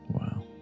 Wow